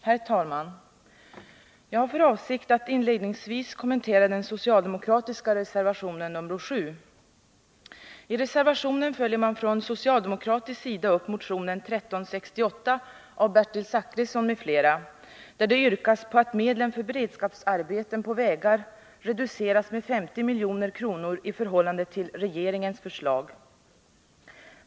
Herr talman! Jag har för avsikt att inledningsvis kommentera den socialdemokratiska reservationen nr 7. I reservationen följer man från socialdemokratisk sida upp motionen 1368 av Bertil Zachrisson m.fl., där det yrkas att medlen för beredskapsarbeten på vägar reduceras med 50 milj.kr. i förhållande till regeringens förslag.